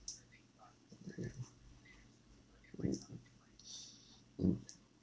mm mm mm